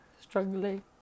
struggling